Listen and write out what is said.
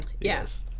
Yes